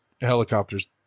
helicopters